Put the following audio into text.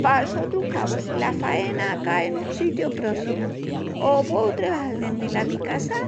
Pal sotru cabu, si la faena cai nun sitiu próssimu o pueu trebajal dendi la mi casa,